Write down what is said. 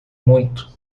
muito